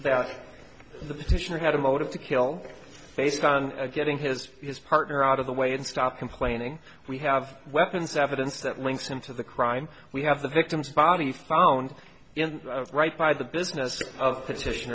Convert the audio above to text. that the petitioner had a motive to kill based on getting his partner out of the way and stop complaining we have weapons evidence that links him to the crime we have the victim's body found in the right by the business of petition